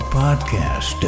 podcast